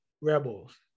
rebels